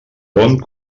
bon